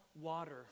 water